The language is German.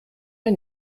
der